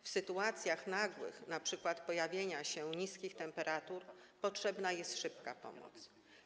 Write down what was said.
W sytuacjach nagłych, np. pojawienia się niskich temperatur, potrzebna jest szybka pomoc.